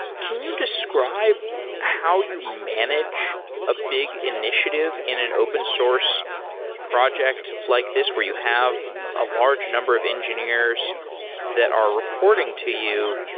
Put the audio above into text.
can you describe how you manage a big in itiative in an open source project like this where you have a large number of engineers that are reporting to you?